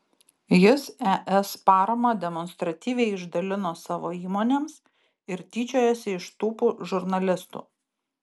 jis es paramą demonstratyviai išdalino savo įmonėms ir tyčiojosi iš tūpų žurnalistų